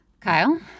Kyle